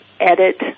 edit